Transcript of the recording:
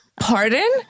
pardon